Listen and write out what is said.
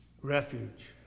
refuge